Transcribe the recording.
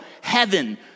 heaven